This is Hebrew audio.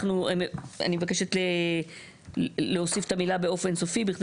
אני מבקשת להוסיף את המילה "באופן סופי" בכדי